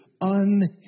unhindered